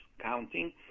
counting